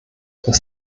dass